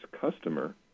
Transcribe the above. customer